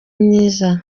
myiza